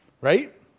Right